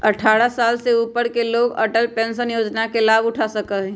अट्ठारह साल से ऊपर के लोग अटल पेंशन योजना के लाभ उठा सका हई